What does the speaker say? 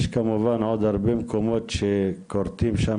יש כמובן עוד הרבה מאוד מקומות שכורתים בהם